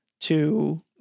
to-